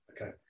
Okay